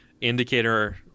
indicator